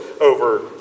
over